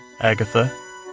Agatha